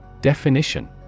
Definition